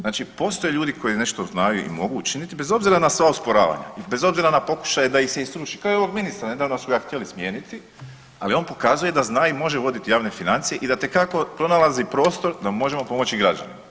Znači postoje ljudi koji nešto znaju i mogu učiniti bez obzira na sva osporavanja, bez obzira na pokušaj da ih se i sruši kao i ovog ministra, nedavno su ga htjeli smijeniti, ali on pokazuje da zna i može voditi javne financije i da itekako pronalazi prostor da možemo pomoći građanima.